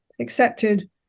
accepted